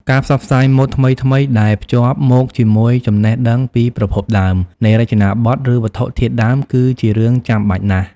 ការផ្សព្វផ្សាយម៉ូដថ្មីៗដែលភ្ជាប់មកជាមួយចំណេះដឹងពីប្រភពដើម នៃរចនាបទ ឬវត្ថុធាតុដើម គឺជារឿងចាំបាច់ណាស់។